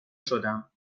شدم